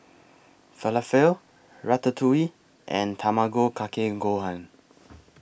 Falafel Ratatouille and Tamago Kake Gohan